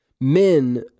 Men